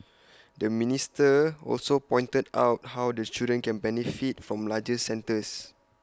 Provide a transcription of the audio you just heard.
the minister also pointed out how the children can benefit from larger centres